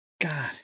God